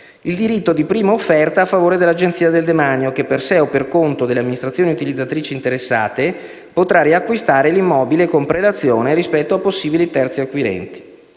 il diritto di prima offerta a favore dell'Agenzia del demanio che, per sé o per conto delle amministrazioni utilizzatrici interessate, potrà riacquistare l'immobile con prelazione rispetto a possibili terzi acquirenti.